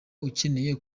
ukeneye